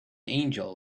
angel